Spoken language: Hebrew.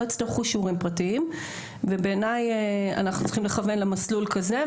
לא יצטרכו שיעורים פרטיים ובעיניי אנחנו צריכים לכוון למסלול כזה,